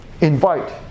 invite